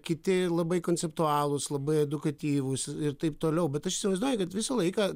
kiti labai konceptualūs labai edukatyvūs ir taip toliau bet aš įsivaizduoju kad visą laiką